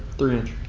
three-inch.